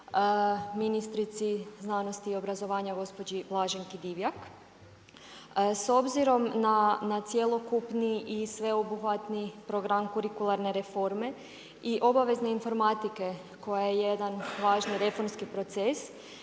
ministrici znanosti i obrazovanja gospođi Blaženki Divjak. S obzirom na cjelokupni i sveobuhvatni program kurikularne reforme, i obavezne informatike koja je jedna važan reformski proces,